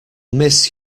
miss